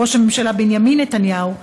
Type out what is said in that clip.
ראש הממשלה בנימין נתניהו,